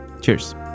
Cheers